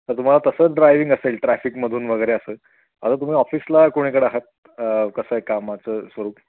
तर तुम्हाला तसं ड्रायविंग असेल ट्रॅफिकमधून वगैरे असं आता तुम्ही ऑफिसला कुणीकडं आहात कसं कामाचं स्वरूप